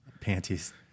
Panties